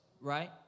right